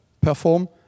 perform